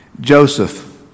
Joseph